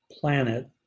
planet